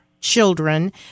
children